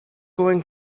going